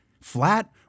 flat